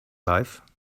life